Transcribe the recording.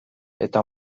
eta